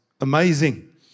amazing